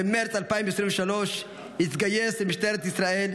במרץ 2023 התגייס למשטרת ישראל,